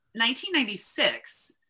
1996